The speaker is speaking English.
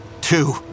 Two